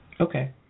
Okay